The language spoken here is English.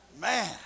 man